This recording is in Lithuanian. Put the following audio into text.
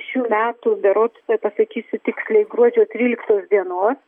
šių metų berods tuoj pasakysiu tiksliai gruodžio tryliktos dienos